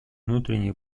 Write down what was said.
внутренние